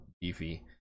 beefy